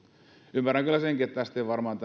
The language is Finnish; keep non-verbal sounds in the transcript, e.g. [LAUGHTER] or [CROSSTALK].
ymmärrän kyllä senkin että tähän kysymykseen ei varmaan [UNINTELLIGIBLE]